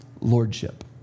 Lordship